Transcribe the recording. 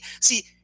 see